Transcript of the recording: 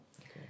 Okay